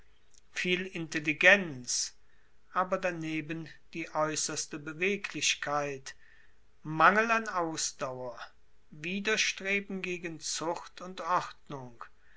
viel intelligenz aber daneben die aeusserste beweglichkeit mangel an ausdauer widerstreben gegen zucht und ordnung